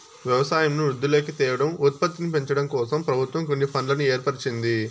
వ్యవసాయంను వృద్ధిలోకి తేవడం, ఉత్పత్తిని పెంచడంకోసం ప్రభుత్వం కొన్ని ఫండ్లను ఏర్పరిచింది